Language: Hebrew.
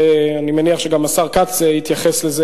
ואני מניח שגם השר כץ יתייחס לזה.